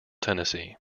tennessee